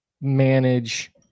manage